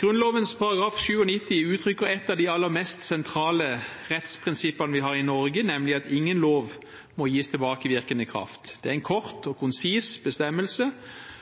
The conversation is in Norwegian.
Grunnloven § 97 uttrykker et av de aller mest sentrale rettsprinsippene vi har i Norge, nemlig at ingen lov må gis tilbakevirkende kraft. Det er en kort og konsis bestemmelse